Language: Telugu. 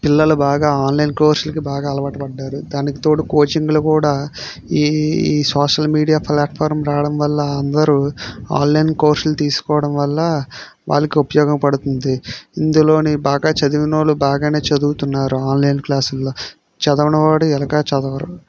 పిల్లలు బాగా ఆన్లైన్ కోర్సులకి బాగా అలవాటు పడ్డారు దానికి తోడు కోచింగ్లు కూడా ఈ సోషల్ మీడియా ప్లాట్ఫారమ్ రావడం వల్ల అందరూ ఆన్లైన్ కోర్సులు తీసుకోవడం వల్ల వాళ్ళకి ఉపయోగ పడుతుంది ఇందులోని బాగా చదివినోళ్ళు బాగానే చదువుతున్నారు ఆన్లైన్ క్లాసుల్లో చదవని వాడు ఎలాగో చదవరు